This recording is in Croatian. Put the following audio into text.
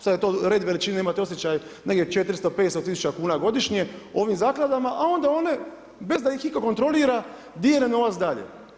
Sad je to red veličine imate osjećaj negdje 400, 500 tisuća kuna godišnje ovim zakladama, a onda one bez da ih itko kontrolira dijele novac dalje.